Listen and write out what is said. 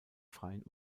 freien